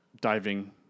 diving